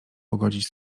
pogodzić